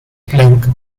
planck